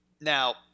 Now